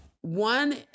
one